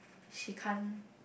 she can't